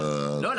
לא,